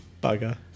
Bugger